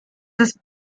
this